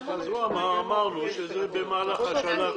הוא אמר ואמרנו "במהלך השנה הקרובה".